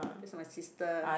this my sister